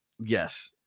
yes